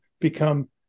become